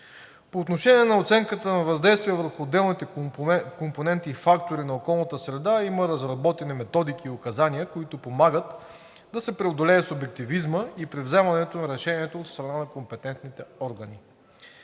По отношение на оценката на въздействие върху отделните компоненти и фактори на околната среда има разработени методики и указания, които помагат да се преодолее субективизмът и при вземането на решението от страна на компетентните органи.